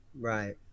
Right